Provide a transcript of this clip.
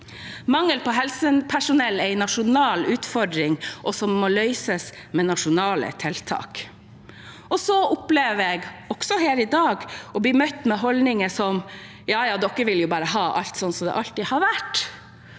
Mangel på helsepersonell er en nasjonal utfordring som må løses med nasjonale tiltak. Så opplever jeg også her i dag å bli møtt med holdninger som: Ja ja, dere vil jo bare ha alt sånn som det alltid har vært.